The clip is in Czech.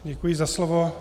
Děkuji za slovo.